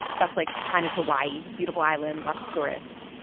that's like china's hawaii beautiful island, lots of tourists.